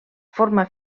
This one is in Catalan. forma